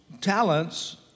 talents